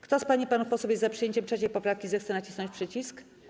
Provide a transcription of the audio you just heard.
Kto z pań i panów posłów jest za przyjęciem 3. poprawki, zechce nacisnąć przycisk.